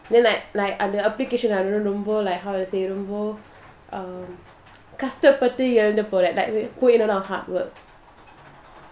then like like அந்த:andha application like how to say um கஷ்டப்பட்டுஇழந்துபோறேன்:kastapattu ilanthu poren like put in a lot of hard work